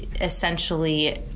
essentially